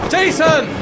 Jason